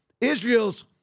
Israel's